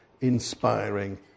inspiring